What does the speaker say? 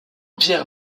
pierre